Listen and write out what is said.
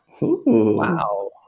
Wow